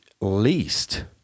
least